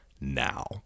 Now